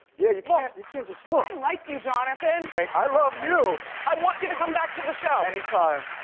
yeah, you can't you can't just look. i like you johnathan. i love you. i want you to come back to the show. anytime.